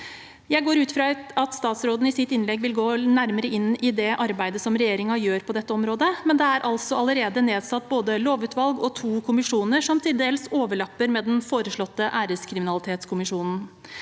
Jeg går ut fra at statsråden i sitt innlegg vil gå nærmere inn på det arbeidet regjeringen gjør på dette området, men det er altså allerede nedsatt både lovutvalg og to kommisjoner som til dels overlapper med den foreslåtte æreskriminalitetskommisjonen.